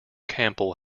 campbell